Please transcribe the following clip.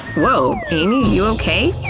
woah you okay?